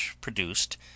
produced